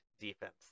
defense